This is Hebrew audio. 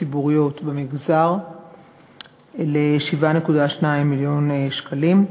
הציבוריות במגזר ל-7.2 מיליון שקלים,